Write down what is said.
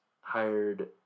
hired